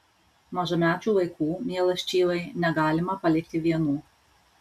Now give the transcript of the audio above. mažamečių vaikų mielas čyvai negalima palikti vienų